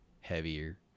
heavier